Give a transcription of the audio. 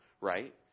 right